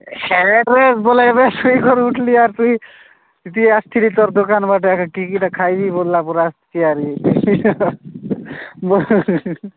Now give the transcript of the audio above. ହେଟ୍ରେ ବୋଲେଇ ଏବେ ଶୁଇ କରେ ଉଠିଲି ଆର୍ ତୁଇି ଆସିଥିଲି ତୋର ଦୋକାନ ବାଟେ କିଟା ଖାଇବି ବଲା ପରା ଆସିୁଚି ଆର